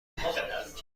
بود